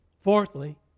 Fourthly